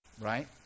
right